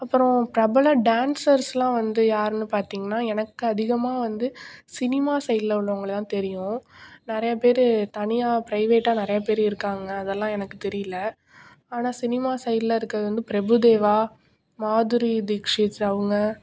அப்புறம் பிரபல டான்ஸர்ஸ்லாம் வந்து யாருன்னு பார்த்தீங்கன்னா எனக்கு அதிகமாக வந்து சினிமா சைடில் உள்ளவங்களை தான் தெரியும் நிறைய பேர் தனியாக ப்ரைவேட்டாக நிறையா பேர் இருக்காங்க அதெல்லாம் எனக்கு தெரியல ஆனால் சினிமா சைடில் இருக்கிறது வந்து பிரபுதேவா மாதுரி தீக்ஷித் அவங்க